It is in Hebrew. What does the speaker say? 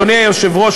אדוני היושב-ראש,